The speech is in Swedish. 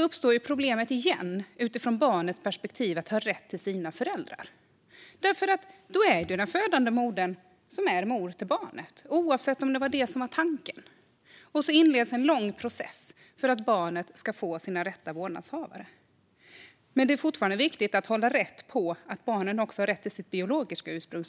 uppstår problemet igen utifrån barnets perspektiv att ha rätt till sina föräldrar. Det är ju den födande modern som är mor till barnet, oavsett om det var det som var tanken, och så inleds en lång process för att barnet ska få sina rätta vårdnadshavare. Men det är fortfarande viktigt att hålla på att barnet också har rätt till sitt biologiska ursprung.